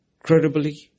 incredibly